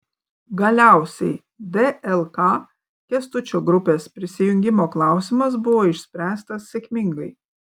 galiausiai dlk kęstučio grupės prisijungimo klausimas buvo išspręstas sėkmingai